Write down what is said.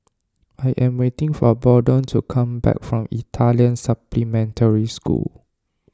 I am waiting for Bolden to come back from Italian Supplementary School